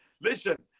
Listen